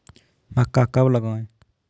मक्का कब लगाएँ?